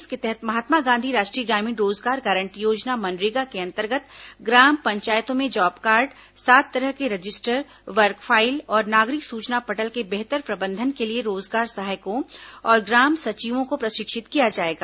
इसके तहत महात्मा गांधी राष्ट्रीय ग्रामीण रोजगार गांरटी योजना मनरेगा के अंतर्गत ग्राम पंचायतों में जॉब कॉर्ड सात तरह के रजिस्टर वर्क फाइल और नागरिक सूचना पटल के बेहतर प्रबंधन के लिए रोजगार सहायकों और ग्राम सचिवों को प्रशिक्षित किया जाएगा